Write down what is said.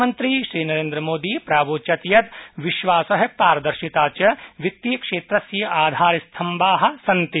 प्रधानमन्त्री नरेन्द्रमोदी प्रावोचत् यत् विश्वासपारदर्शिता च वित्तीयक्षेत्रस्य आधारस्तम्भा सन्ति